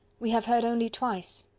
we have heard only twice.